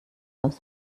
aus